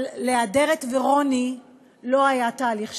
אבל להדרת ורוני לא היה תהליך שיקום,